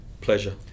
Pleasure